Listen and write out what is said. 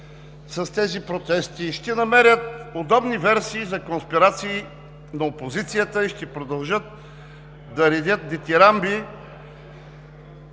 ги роси, ще намерят удобни версии за конспирации на опозицията и ще продължат да редят дитирамби